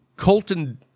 Colton